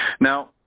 Now